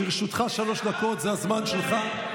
לרשותך שלוש דקות, זה הזמן שלך.